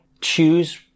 choose